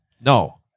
No